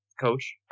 coach